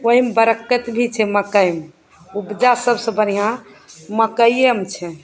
ओहिमे बरक्कैत भी छै मकइमे उपजा सभसँ बढ़िआँ मकैए मऽ छै